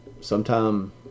sometime